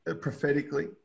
prophetically